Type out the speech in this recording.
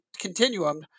Continuum